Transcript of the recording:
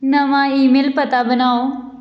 नमां ईमेल पता बनाओ